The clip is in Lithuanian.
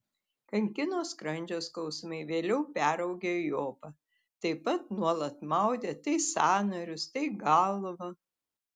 kankino skrandžio skausmai vėliau peraugę į opą taip pat nuolat maudė tai sąnarius tai galvą